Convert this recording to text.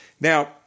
Now